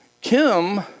Kim